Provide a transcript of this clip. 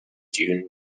dune